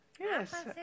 Yes